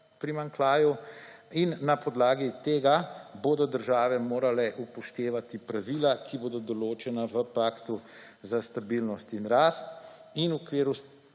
primanjkljaju – in na podlagi tega bodo države morale upoštevati pravila, ki bodo določena v Paktu za stabilnost in rast, in s tem